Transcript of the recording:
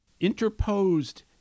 interposed